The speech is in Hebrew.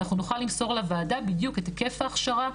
אנחנו נוכל למסור לוועדה בדיוק את היקף ההכשרה,